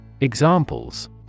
Examples